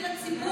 תסבירי לציבור.